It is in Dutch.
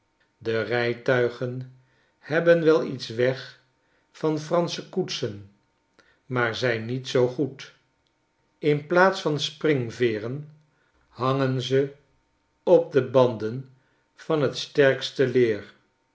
de rijtuigen hebben wel iets weg vanfransche koetsen maar zijn niet zoo goed in plaats van springveeren hangen ze op banden van t sterkste leer